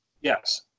Yes